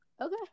Okay